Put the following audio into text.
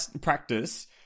practice